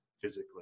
physically